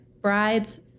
Brides